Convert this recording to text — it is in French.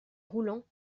roulants